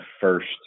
first